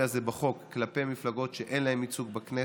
הזה בחוק כלפי מפלגות שאין להן ייצוג בכנסת.